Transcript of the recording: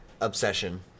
obsession